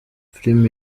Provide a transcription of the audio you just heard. film